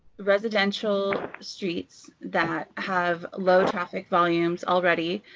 residential streets that have low traffic volumes already,